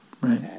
Right